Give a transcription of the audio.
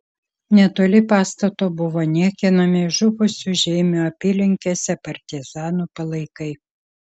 netoli pastato buvo niekinami žuvusių žeimių apylinkėse partizanų palaikai